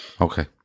okay